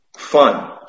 fun